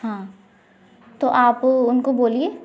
हाँ तो आप उनको बोलिए